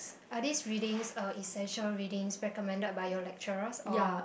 are these readings a essential readings recommended by your lecturers or